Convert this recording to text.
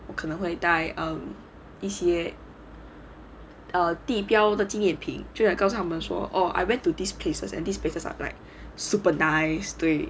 我可能会在一些 err 地标的纪念品就 like 告诉他们说 oh I went to these places and these places are like super nice 对